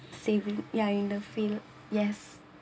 saving ya in the field yes